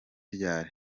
ryari